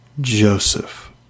Joseph